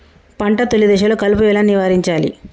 పంట తొలి దశలో కలుపు ఎలా నివారించాలి?